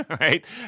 right